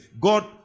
God